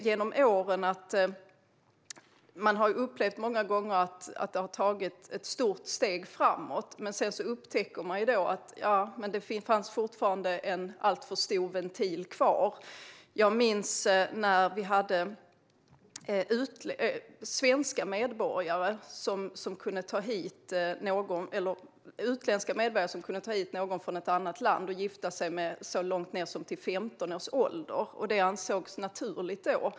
Genom åren har vi många gånger upplevt att det har tagits ett stort steg framåt men sedan upptäckt att det fortfarande finns en alltför stor ventil kvar. Jag minns när utländska medborgare kunde ta hit någon från ett annat land att gifta sig med, någon så ung som ned mot 15 år. Det ansågs naturligt då.